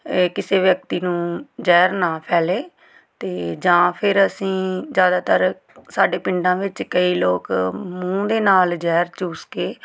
ਇਹ ਕਿਸੇ ਵਿਅਕਤੀ ਨੂੰ ਜ਼ਹਿਰ ਨਾ ਫੈਲੇ ਅਤੇ ਜਾਂ ਫਿਰ ਅਸੀਂ ਜ਼ਿਆਦਾਤਰ ਸਾਡੇ ਪਿੰਡਾਂ ਵਿੱਚ ਕਈ ਲੋਕ ਮੂੰਹ ਦੇ ਨਾਲ ਜ਼ਹਿਰ ਚੂਸ ਕੇ